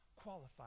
qualified